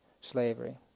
slavery